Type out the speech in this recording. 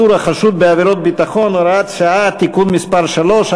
אני קובע כי הצעת חוק לתיקון פקודת הרוקחים (מס' 20) (תיקון מס' 2,